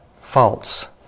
false